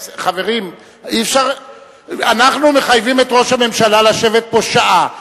אפשר לשאול אותך שאלה?